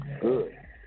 Good